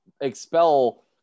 expel